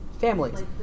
families